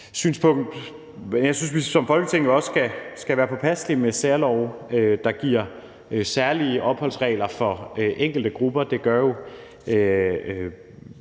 synspunkt – at jeg synes, vi som Folketing også skal være påpasselige med særlove, der giver særlige opholdsregler for enkelte grupper. Det gør jo